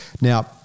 Now